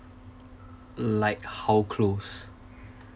like how close